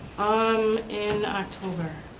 um in october.